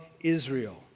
Israel